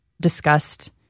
discussed